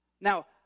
Now